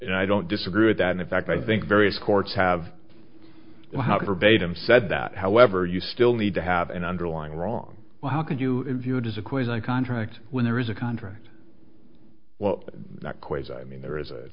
and i don't disagree with that and in fact i think various courts have how verbatim said that however you still need to have an underlying wrong well how could you view it as a quiz on contract when there is a contract well not quite as i mean there is a